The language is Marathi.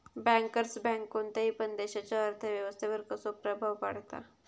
बँकर्स बँक कोणत्या पण देशाच्या अर्थ व्यवस्थेवर कसो प्रभाव पाडता?